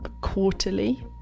quarterly